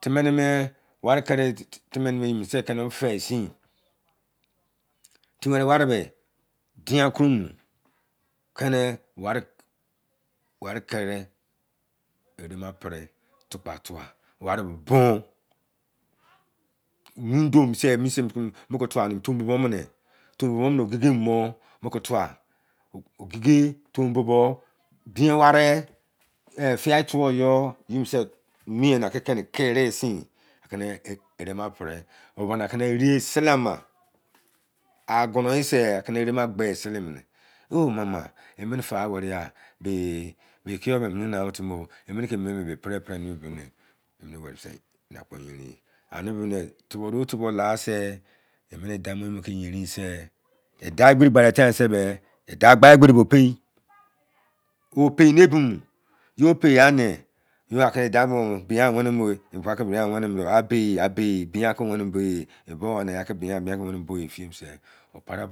Teme neme. wari, keri teme-neme eyi mose fe sin. Timi weri, wari be dian koro mo. Wari keri erena pri. Wari be boun. Window mose, ogige toun bubou, binye-wari, fiyai-tuwoyo. Eyimi se mien na ku kiri sin aki ni ere ma pri. O ba kini ere, sele ama, agono weii se akini ẹrema gbe yi sele mini. O, mama, e fa weri gha be ikiyou be i mo nanagha am timi mo o. Emini duoni, i me peree pere emi bibi ni. Mii eyi bo kon ne, eni akpo yerin ye. Ani, bibi ni, tubou duo mu tubou laa se imini i daumo ki yerin yi se i dau egberi gba de se i dau gha egberi bo pei. O pei ne ebimo. Yo peigha ne, who i dari mo̱ bo, ko bian weni no bo e gba, e kon wan weni mo ni. A bei! Abei, mian ka bo e. O pade